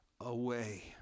away